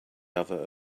other